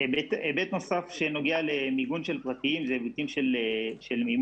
היבט נוסף שנוגע למיגון של פרטיים זה היבט של מימון.